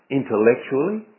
intellectually